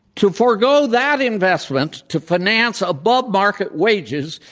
to forego that investment to finance above-market wages,